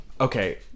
Okay